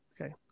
Okay